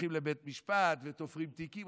הולכים לבית משפט ותופרים תיקים,